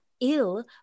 ill